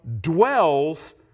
dwells